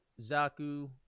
Zaku